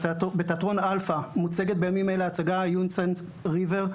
בתיאטרון אלפא מוצגת בימים אלה ההצגה "וינסנט ריבר",